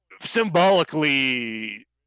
symbolically